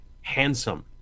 handsome